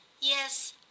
Yes